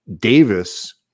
Davis